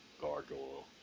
gargoyle